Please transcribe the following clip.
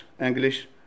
English